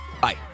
Bye